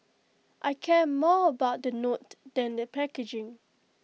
I care more about the note than the packaging